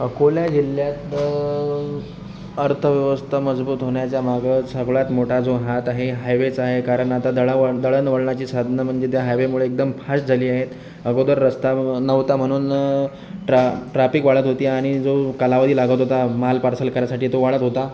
अकोला जिल्ह्यात अर्थव्यवस्था मजबूत होण्याच्या मागं सगळ्यात मोठा जो हात आहे हायवेचा आहे कारण आता दळावळण दळणवळणाची साधन म्हणजे त्या हायवेमुळे फास्ट झाली आहेत अगोदर रस्ता नव्हता म्हणून ट्रा ट्राफिक वाढत होती आणि जो कालावधी लागत होता माल पार्सल करायसाठी तो वाढत होता